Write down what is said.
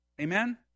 Amen